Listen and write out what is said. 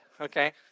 okay